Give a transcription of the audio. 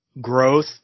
growth